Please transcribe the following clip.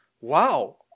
wow